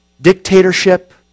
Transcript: dictatorship